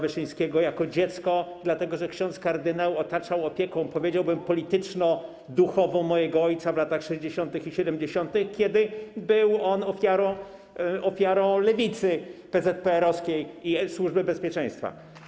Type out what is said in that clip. Wyszyńskiego jako dziecko, dlatego że ksiądz kardynał otaczał opieką, powiedziałbym, polityczno-duchową mojego ojca w latach 60. i 70., kiedy był on ofiarą lewicy PZPR-owskiej i Służby Bezpieczeństwa.